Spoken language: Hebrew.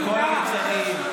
בכל המגזרים,